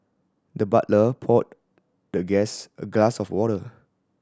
the butler poured the guest a glass of water